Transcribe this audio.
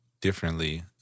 differently